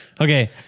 Okay